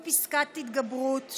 פסקת התגברות),